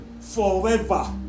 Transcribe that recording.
Forever